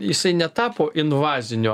jisai netapo invazinio